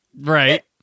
Right